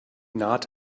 naht